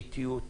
באיטיות,